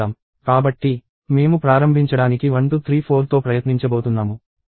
కాబట్టి మేము ప్రారంభించడానికి 1234తో ప్రయత్నించబోతున్నాము